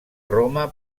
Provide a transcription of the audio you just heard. roma